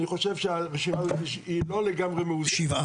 אני חושב שהרשימה היא לא לגמרי מאוזנת,